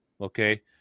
Okay